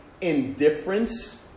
Indifference